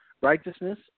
righteousness